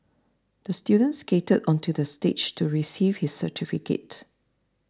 the student skated onto the stage to receive his certificate